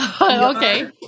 Okay